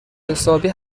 حسابی